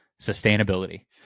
sustainability